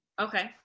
okay